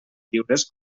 lliures